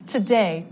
Today